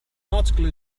article